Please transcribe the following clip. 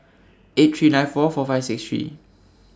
eight three nine four four five six three